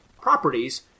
properties